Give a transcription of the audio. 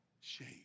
Shame